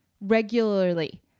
Regularly